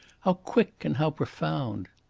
how quick and how profound!